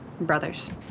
brothers